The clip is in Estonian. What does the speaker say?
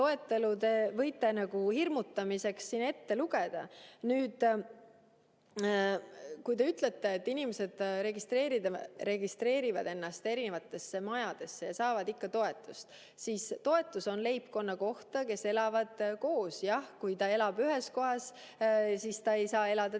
võite ju hirmutamiseks siin ette lugeda. Kui te ütlete, et inimesed registreerivad ennast eri majadesse ja saavad ikka toetust, siis toetus on leibkonna kohta, kes elavad koos. Jah, kui ta elab ühes kohas, siis ta ei saa elada teises